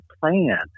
plan